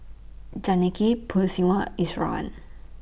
Janaki Peyush Iswaran